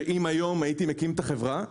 שאם היום הייתי מקים את החברה,